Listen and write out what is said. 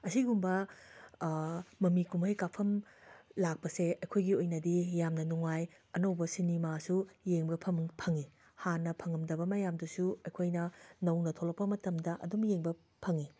ꯑꯁꯤꯒꯨꯝꯕ ꯃꯃꯤ ꯀꯨꯝꯍꯩ ꯀꯥꯞꯐꯝ ꯂꯥꯛꯄꯁꯦ ꯑꯩꯈꯣꯏꯒꯤ ꯑꯣꯏꯅꯗꯤ ꯌꯥꯝꯅ ꯅꯨꯡꯉꯥꯏ ꯑꯅꯧꯕ ꯁꯤꯅꯤꯃꯥꯁꯨ ꯌꯦꯡꯕ ꯐꯪ ꯐꯪꯏ ꯍꯥꯟꯅ ꯐꯪꯂꯝꯗꯕ ꯃꯌꯥꯝꯗꯨꯁꯨ ꯑꯩꯈꯣꯏꯅ ꯅꯧꯅ ꯊꯣꯛꯂꯛꯄ ꯃꯇꯝꯗ ꯑꯗꯨꯝ ꯌꯦꯡꯕ ꯐꯪꯏ